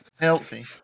Healthy